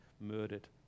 murdered